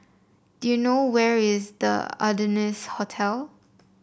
do you know where is The Ardennes Hotel